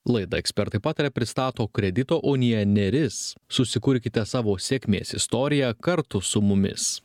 laidą ekspertai pataria pristato kredito unija neris susikurkite savo sėkmės istoriją kartu su mumis